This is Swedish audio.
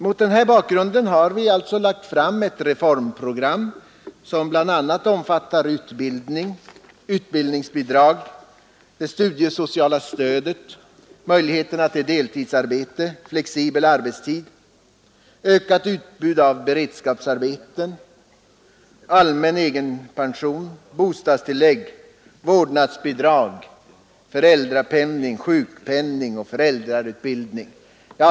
Mot denna bakgrund har vi lagt fram ett reformprogram, som bl.a. omfattar utbildning, utbildningsbidrag, det studiesociala stödet, möjligheterna till deltidsarbete, flexibel arbetstid, ökat utbud av beredskapsarbeten, allmän egenpension, bostadstillägg, vårdnadsbidrag, föräldrapenning, sjukpenning och föräldrautbildning.